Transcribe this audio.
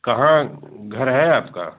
कहाँ घर है आपका